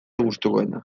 gustukoena